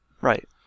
right